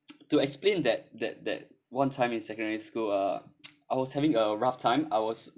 to explain that that that one time in secondary school uh I was having a rough time I was